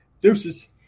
deuces